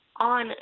on